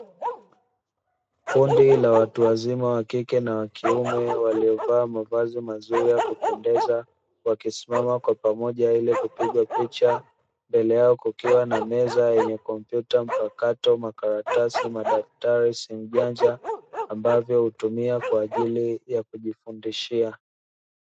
Kundi la watu wazima wa kike na wa kiume waliovaa mavazi mazuri ya kupendeza, wakisimama kwa pamoja ili kupigwa picha. Mbele yao kukiwa na meza yenye: kompyuta mpakato, makaratasi, madaftari, simu janja; ambavyo hutumia kwa ajili ya kujifundishia.